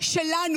מי אמר?